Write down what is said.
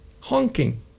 Honking